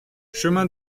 chemin